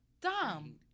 Dumb